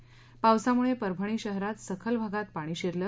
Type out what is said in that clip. या पावसामुळे परभणी शहरात सखल भागात पाणी शिरलं